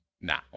now